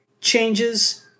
changes